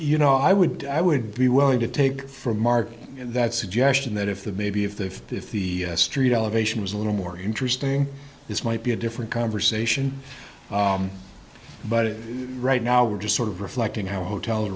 you know i would i would be willing to take for market that suggestion that if the maybe if the if the street elevation was a little more interesting this might be a different conversation but right now we're just sort of reflecting how hotel